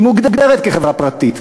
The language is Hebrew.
היא מוגדרת כחברה פרטית.